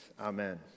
Amen